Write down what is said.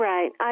Right